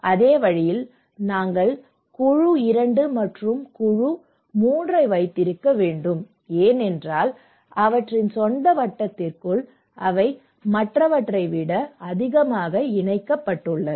அதே வழியில் நாம் குழு 2 மற்றும் குழு 3 ஐ வைத்திருக்க முடியும் ஏனென்றால் அவற்றின் சொந்த வட்டத்திற்குள் அவை மற்றவற்றை விட அதிகமாக இணைக்கப்பட்டுள்ளன